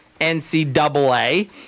NCAA